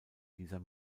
dieser